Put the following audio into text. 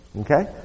Okay